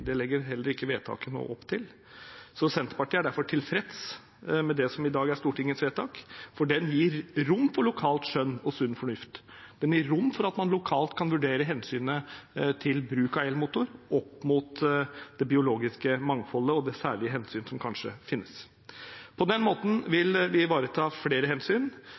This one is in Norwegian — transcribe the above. det ikke være frislipp, det legger heller ikke vedtaket nå opp til. Så Senterpartiet er derfor tilfreds med det som i dag er Stortingets vedtak, for det gir rom for lokalt skjønn og sunn fornuft, det gir rom for at man lokalt kan vurdere hensynet til bruk av elmotor opp mot det biologiske mangfoldet og de særlige hensyn som kanskje finnes. På den måten vil vi ivareta flere hensyn,